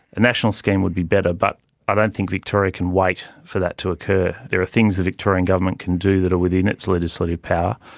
a national scheme would be better, but i don't think victoria can wait for that to occur. there are things the victorian government can do that are within its legislative power.